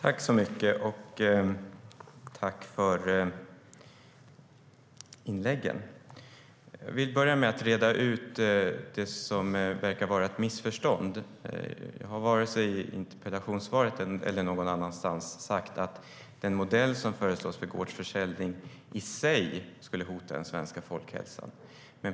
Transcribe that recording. Fru talman! Tack för inläggen! Jag vill börja med att reda ut det som verkar vara ett missförstånd. Jag har varken i interpellationssvaret eller någon annanstans sagt att den modell som föreslås för gårdsförsäljning i sig skulle hota den svenska folkhälsan.